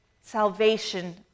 salvation